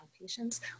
patients